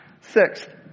Sixth